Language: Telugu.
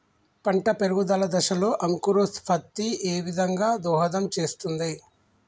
పంట పెరుగుదల దశలో అంకురోత్ఫత్తి ఏ విధంగా దోహదం చేస్తుంది?